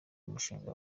umushinga